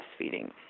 breastfeeding